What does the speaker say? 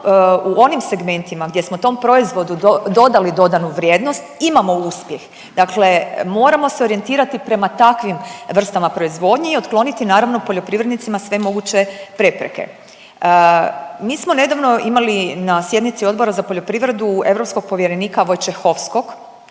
u onim segmentima gdje smo tom proizvodu dodali dodanu vrijednost imamo uspjeh, dakle moramo se orijentirati prema takvim vrstama proizvodnje i otkloniti naravno poljoprivrednicima sve moguće prepreke. Mi smo nedavno imali na sjednici Odbora za poljoprivredu europskog povjerenika Vojčehovskog